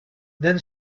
then